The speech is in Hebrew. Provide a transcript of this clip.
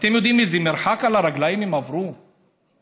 אתם יודעים איזה מרחק הם עברו על הרגליים?